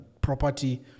property